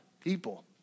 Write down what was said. people